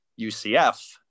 ucf